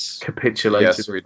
capitulated